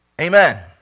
Amen